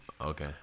Okay